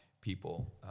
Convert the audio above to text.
people